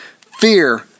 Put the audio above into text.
fear